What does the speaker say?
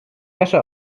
wäsche